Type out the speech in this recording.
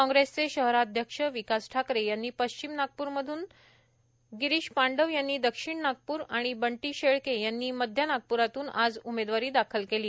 कांग्रेसचे शहराध्यक्ष विकास ठाकरे यांनी पश्चिम नागपूर मधून गिरीष पांडव यांनी दक्षिण नागपूर आणि बंटी शेळके यांनी मध्य नागपुरातून आज उमेदवारी दाखल केली